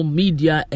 media